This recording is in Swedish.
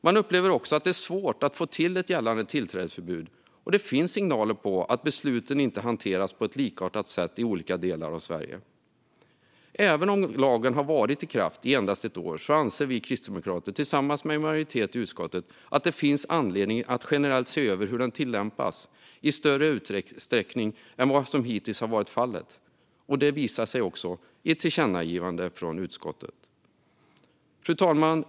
Man upplever också att det är svårt att få till ett gällande tillträdesförbud, och det finns signaler om att besluten inte hanteras på ett likartat sätt i olika delar av Sverige. Även om lagen har varit i kraft i endast ett år anser vi kristdemokrater därför tillsammans med en majoritet i utskottet att det finns anledning att generellt se över hur den kan tillämpas i större utsträckning än vad som hittills har varit fallet. Det visas också i ett förslag till tillkännagivande från utskottet. Fru talman!